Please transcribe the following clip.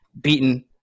beaten